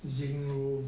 zinc roof